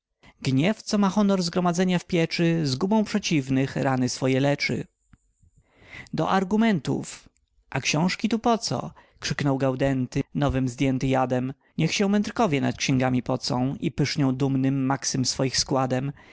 gniew co ma honor zgromadzenia w pieczy zgubą przeciwnych rany swoje leczy do argumentów a xiążki tu po co krzyknął gaudenty nowym zdjęty jadem niech się mędrkowie nad xięgami pocą i pysznią dumnym maxym swoich składem